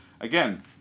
again